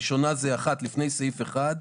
הראשונה, לפני סעיף 1,